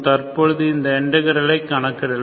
தற்பொழுது இந்த இன்டகிராலை கணக்கிடலாம்